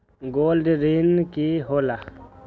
Gold ऋण की होला?